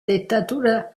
dentatura